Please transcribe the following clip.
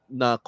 na